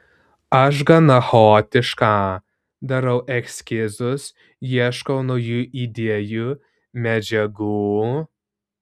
aš gana chaotiška darau eskizus ieškau naujų idėjų medžiagų